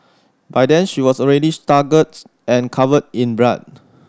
by then she was already staggering and covered in blood